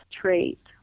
trait